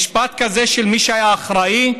משפט כזה של מי שהיה אחראי?